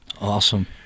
awesome